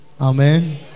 Amen